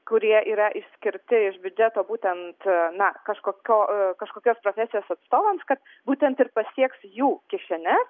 kurie yra išskirti iš biudžeto būtent na kažkokio kažkokios profesijos atstovams kad būtent ir pasieks jų kišenes